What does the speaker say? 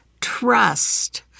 trust